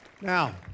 Now